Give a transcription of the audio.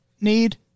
need